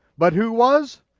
but who was,